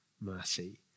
mercy